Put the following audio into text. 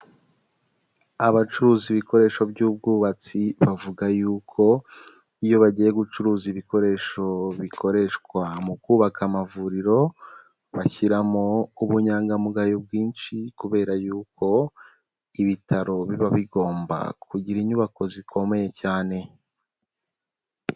Abacuruza ibikoresho by'ubwubatsi bavuga yuko, iyo bagiye gucuruza ibikoresho bikoreshwa mu kubaka amavuriro, bashyiramo ubunyangamugayo bwinshi kubera yuko ibitaro biba bigomba kugira inyubako zikomeye cyane.